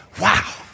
Wow